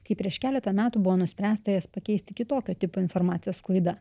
kai prieš keletą metų buvo nuspręsta jas pakeisti kitokio tipo informacijos sklaida